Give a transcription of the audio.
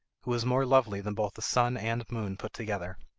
who was more lovely than both the sun and moon put together.